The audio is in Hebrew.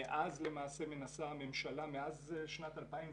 מאז למעשה מנסה הממשלה, מאז שנת 2001,